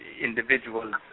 individuals